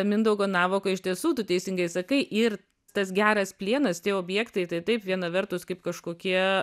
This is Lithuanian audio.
mindaugo navako iš tiesų tu teisingai sakai ir tas geras plienas tie objektai tai taip viena vertus kaip kažkokie